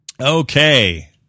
Okay